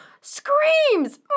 screams